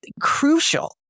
crucial